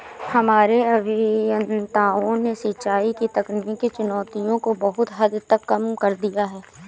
हमारे अभियंताओं ने सिंचाई की तकनीकी चुनौतियों को बहुत हद तक कम कर दिया है